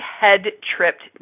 head-tripped